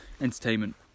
entertainment